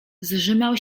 zżymał